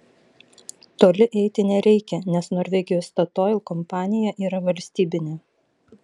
toli eiti nereikia nes norvegijos statoil kompanija yra valstybinė